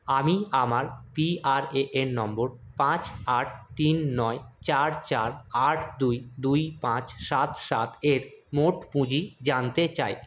আমি আমার পিআরএএন নম্বর পাঁচ আট তিন নয় চার চার আট দুই দুই পাঁচ সাত সাত এর মোট পুঁজি জানতে চাই